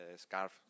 scarf